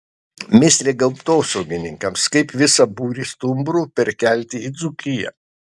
mįslė gamtosaugininkams kaip visą būrį stumbrų perkelti į dzūkiją